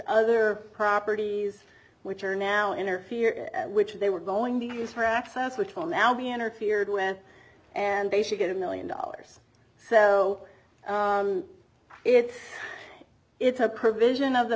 other properties which are now interfered which they were going to use for access which will now be interfered with and they should get a million dollars so it's it's a persian of the